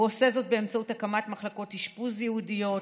הוא עושה זאת באמצעות הקמת מחלקות אשפוז ייעודיות,